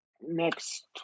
next